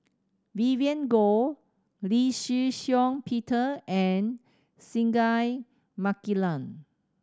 Vivien Goh Lee Shih Shiong Peter and Singai Mukilan